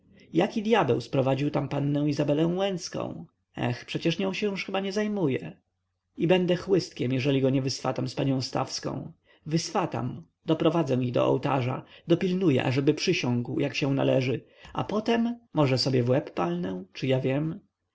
jaki dyabeł sprowadził tam pannę izabelę łęcką eh przecież nią się już chyba nie zajmuje i będę chłystkiem jeżeli go nie wyswatam z panią stawską wyswatam odprowadzę ich do ołtarza dopilnuję ażeby przysiągł jak się należy a potem może sobie w łeb palnę czy ja wiem